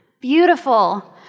beautiful